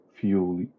fuel